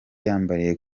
yambariye